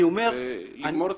נכון.